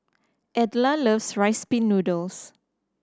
Edla loves Rice Pin Noodles